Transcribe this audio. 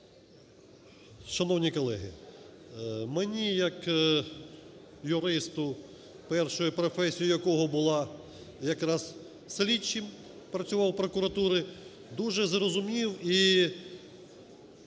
Шановні колеги, мені як юристу, першою професією якого була – якраз слідчим працював прокуратури, дуже зрозумів і,